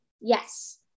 Yes